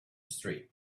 street